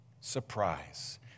Surprise